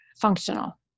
functional